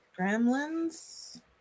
Gremlins